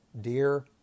dear